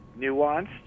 nuanced